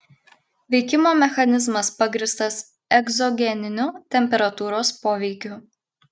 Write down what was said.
veikimo mechanizmas pagrįstas egzogeniniu temperatūros poveikiu